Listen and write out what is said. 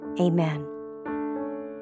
Amen